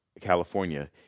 California